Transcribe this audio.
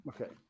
Okay